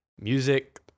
music